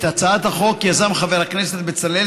את הצעת החוק יזם חבר הכנסת בצלאל